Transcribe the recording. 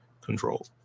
control